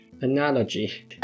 analogy